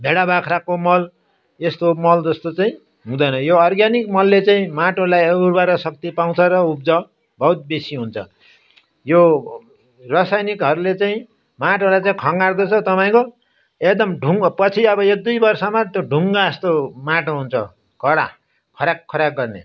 भेडा बाख्राको मल यस्तो मल जस्तो चाहिँ हुँदैन यो अर्ग्यानिक मलले चाहिँ माटोलाई उर्वरा शक्ति पाउँछ र उब्जाउ बहुत बेसी हुन्छ यो रसायनिकहरूले चाहिँ माटोलाई चाहिँ खङ्गार्दछ तपाईँको एकदम ढुङ्गो पछि एकदुई वर्षमा त्यो ढुङ्गा जस्तो माटो हुन्छ कडा खराक खराक गर्ने